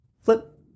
Flip